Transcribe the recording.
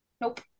Nope